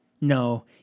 No